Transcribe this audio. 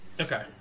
Okay